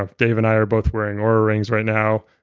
ah dave and i are both wearing oura-rings right now.